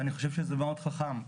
ואני חושב שזה מאוד חכם,